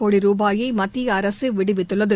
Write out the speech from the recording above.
கோடி ரூபாயை மத்திய அரசு விடுவித்துள்ளது